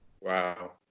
Wow